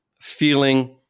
feeling